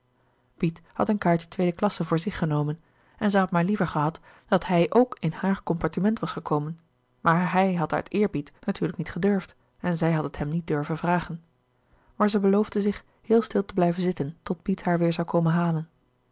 piet had een kaartje tweede klasse voor zich genomen en zij had maar liever gehad dat hij ook in haar compartiment was gekomen maar hij had uit eerbied natuurlijk niet gedurfd en zij had het hem niet durven vragen maar zij beloofde zich heel stil te blijven zitten tot piet haar weêr zoû komen halen